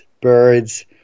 birds